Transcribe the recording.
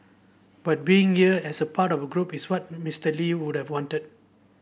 but being here as a part of a group is what Mister Lee would have wanted